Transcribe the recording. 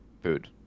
food